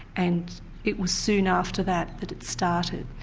and it was soon after that that it started.